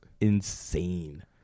insane